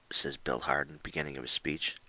says billy harden, beginning of his speech,